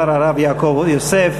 יעקב יוסף.